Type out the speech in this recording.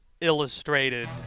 Illustrated